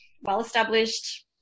well-established